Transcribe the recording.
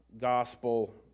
gospel